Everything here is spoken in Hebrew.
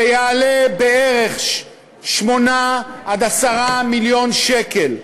שיעלה בערך 10-8 מיליון שקל,